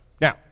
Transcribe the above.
Now